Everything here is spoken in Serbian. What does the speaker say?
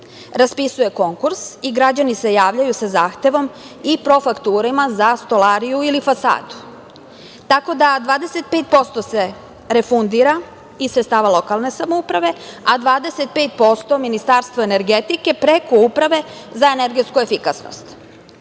raspisuje konkurs i građani se javljaju sa zahtevom i profakturama za stolariju ili fasadu. Tako da, 25% se refundira iz sredstava lokalne samouprave, a 25% Ministarstvu energetike preko Uprave za energetsku efikasnost. Šta